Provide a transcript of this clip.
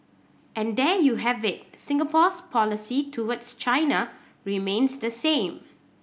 and there you have it Singapore's policy towards China remains the same